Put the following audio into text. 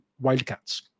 wildcats